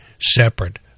separate